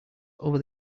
over